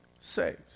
saved